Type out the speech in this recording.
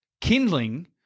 kindling